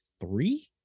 three